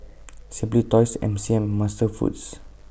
Simply Toys M C M and Master Foods